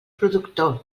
productor